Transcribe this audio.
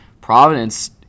Providence